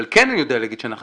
אבל כן אני יודע להגיד שאנחנו